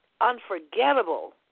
unforgettable